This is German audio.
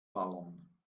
ballern